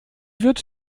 wird